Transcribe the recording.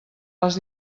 les